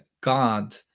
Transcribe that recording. God